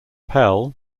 pell